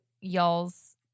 y'all's